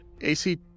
AC